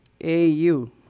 A-U